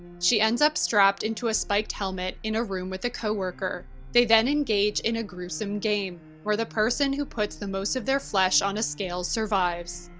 she ends up strapped into a spiked helmet in a room with a coworker. they then engage in a gruesome game, where the person who puts the most of their flesh on a scale survives.